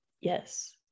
Yes